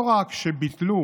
לא רק שביטלו